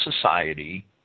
society